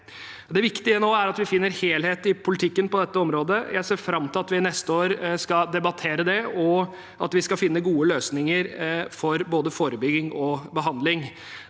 Det viktige nå er at vi finner helhet i politikken på dette området. Jeg ser fram til at vi neste år skal debattere det, og at vi skal finne gode løsninger for både forebygging og behandling.